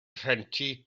rhentu